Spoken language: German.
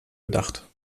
gedacht